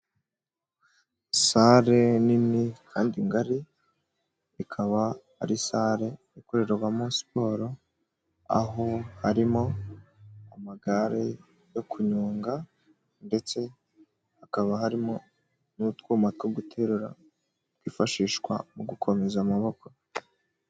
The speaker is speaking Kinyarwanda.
Sale nini kandi ngari, ikaba ari sale ikorerwamo siporo, aho harimo amagare yo kunyonga, ndetse hakaba harimo n'utwuma two guterura, twifashishwa mu gukomeza amaboko.